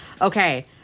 Okay